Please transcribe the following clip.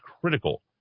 critical